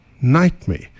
nightmare